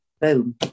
Boom